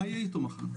מה יהיה איתו מחר?